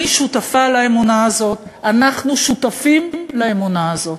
אני שותפה לאמונה הזאת, אנחנו שותפים לאמונה הזאת.